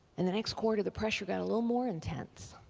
and the next quarter the pressure got a little more intense